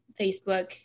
Facebook